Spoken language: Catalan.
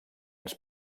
ens